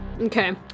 Okay